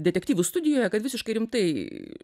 detektyvų studijoje kad visiškai rimtai